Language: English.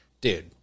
dude